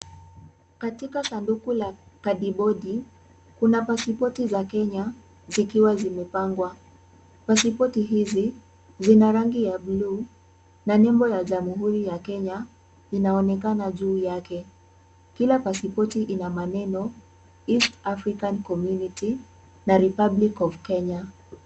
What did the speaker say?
Katika sanduku la kadibodi kuna pasipoti za Kenya zikiwa zimepangwa. Pasipoti hizi zina rangi ya bluu na nembo ya jamhuri ya Kenya inaonekana juu yake. Kila pasipoti ina maneno East African Community na Republic of Kenya.